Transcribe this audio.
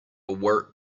work